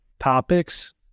Topics